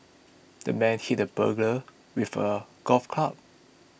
the man hit the burglar with a golf club